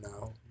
now